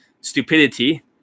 stupidity